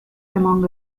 among